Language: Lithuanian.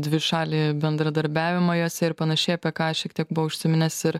dvišalį bendradarbiavimą juose ir panašiai apie ką šiek tiek buvo užsiminęs ir